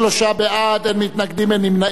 מי נמנע?